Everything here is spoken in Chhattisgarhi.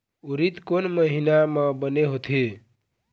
उरीद कोन महीना म बने होथे?